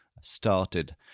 started